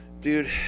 Dude